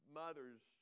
mothers